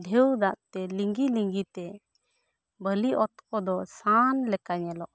ᱰᱷᱮᱣ ᱫᱟᱜ ᱛᱮ ᱞᱤᱝᱜᱤ ᱞᱤᱝᱜᱤ ᱛᱮ ᱵᱟᱹᱞᱤ ᱚᱛ ᱠᱚᱫᱚ ᱥᱟᱱ ᱞᱮᱠᱟ ᱧᱮᱞᱚᱜ ᱟ